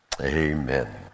amen